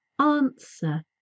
Answer